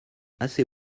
assez